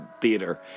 theater